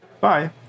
Bye